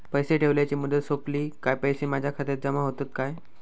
पैसे ठेवल्याची मुदत सोपली काय पैसे माझ्या खात्यात जमा होतात काय?